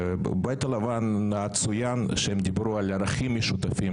גם בפריסה וגם בשירותים שניתנים בבית חולים יוספטל